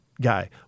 guy